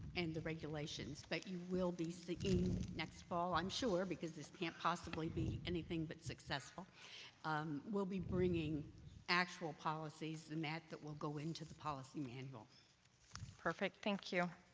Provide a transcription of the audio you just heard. and the regulations but you will be seeing next fall i'm sure because this can't possible anything but successful we'll be bringing actual policy and that that will go into the policy manual perfect thank you.